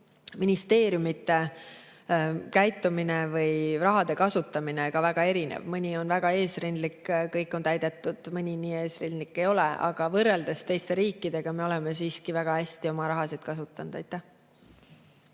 on ministeeriumide käitumine või raha kasutamine ka väga erinev. Mõni on väga eesrindlik, kõik on täidetud, mõni nii eesrindlik ei ole. Aga võrreldes teiste riikidega me oleme siiski väga hästi oma raha kasutanud.